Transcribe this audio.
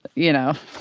you know.